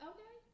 Okay